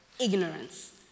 ignorance